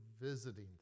visiting